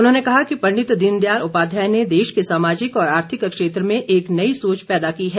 उन्होंने कहा कि पंडित दीनदयाल उपाध्याय ने देश के सामाजिक और आर्थिक क्षेत्र में एक नई सोच पैदा की है